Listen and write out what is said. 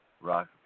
rock